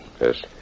Yes